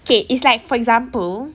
K it's like for example